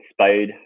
spade